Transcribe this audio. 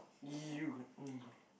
!eww!